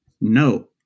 No